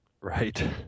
Right